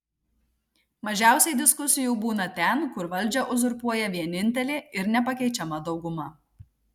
mažiausiai diskusijų būna ten kur valdžią uzurpuoja vienintelė ir nepakeičiama dauguma